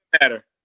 matter